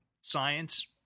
science